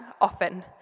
often